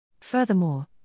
Furthermore